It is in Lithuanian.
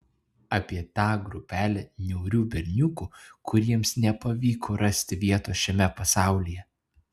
apie tą grupelę niaurių berniukų kuriems nepavyko rasti vietos šiame pasaulyje